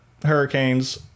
hurricanes